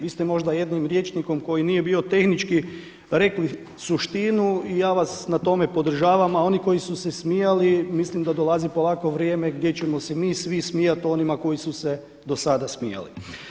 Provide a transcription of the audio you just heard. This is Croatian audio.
Vi ste možda jednim rječnikom koji nije bio tehnički rekli suštinu i ja vas na tome podržavam a oni koji su se smijali mislim da dolazi polako vrijeme gdje ćemo se mi svi smijati onima koji su se do sada smijali.